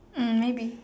mm maybe